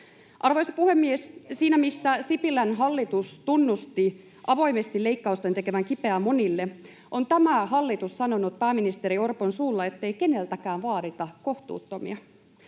Arvoisa puhemies! Siinä missä Sipilän hallitus tunnusti avoimesti leikkausten tekevän kipeää monille, on tämä hallitus sanonut pääministeri Orpon suulla, ettei keneltäkään vaadita kohtuuttomia.